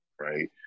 Right